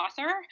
author